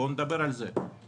בואו נדבר על זה.